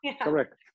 correct